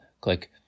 click